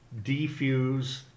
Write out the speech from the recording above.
defuse